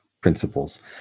principles